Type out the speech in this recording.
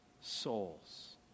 souls